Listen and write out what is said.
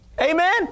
Amen